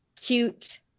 cute